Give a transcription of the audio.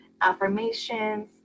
affirmations